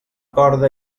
corda